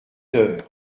heures